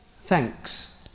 thanks